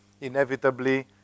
inevitably